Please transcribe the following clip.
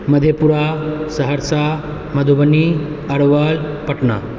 Madhepura Saharsa Madhubani Arwal Patna